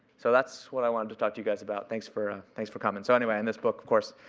so that's what i wanted to talk to you guys about. thanks for thanks for coming. so anyway, and this book, of course,